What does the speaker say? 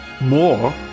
more